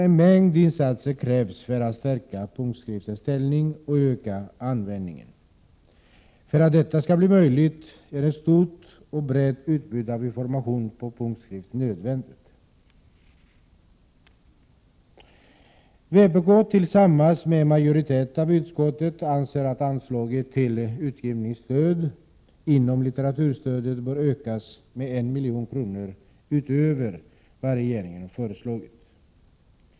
En mängd insatser krävs för att stärka punktskriftens ställning och öka användningen. För att detta skall bli möjligt är ett stort och brett utbud av information på punktskrift nödvändigt. Vpk tillsammans med majoriteten i utskottet anser att anslaget till utgivningsstöd inom litteraturstödet bör ökas med 1 milj.kr. utöver vad regeringen har föreslagit.